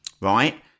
right